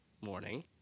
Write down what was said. morning